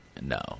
No